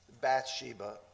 Bathsheba